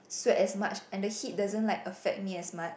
sweat as much and the heat doesn't like affect me as much